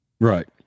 Right